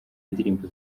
indirimbo